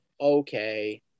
Okay